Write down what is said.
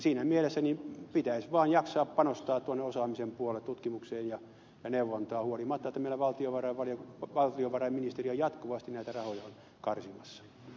siinä mielessä pitäisi vaan jaksaa panostaa tuonne osaamisen puolelle tutkimukseen ja neuvontaan siitä huolimatta että meillä valtiovarainministeriö jatkuvasti näitä rahoja on karsimassa